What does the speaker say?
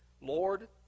Lord